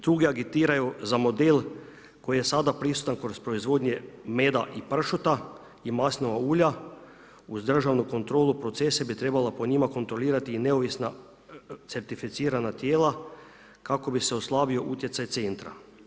Tuge agitiraju za model koji je sada prisutan kroz proizvodnje meda i pršuta i maslinovog ulja uz državnu kontrolu i procese, bi trebala po njima, kontrolirati i neovisna certificirana tijela, kako bi se oslabio utjecaj centra.